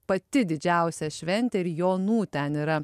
pati didžiausia šventė ir jonų ten yra